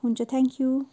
हुन्छ थ्याङ्क्यु